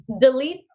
delete